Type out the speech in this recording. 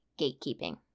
gatekeeping